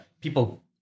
People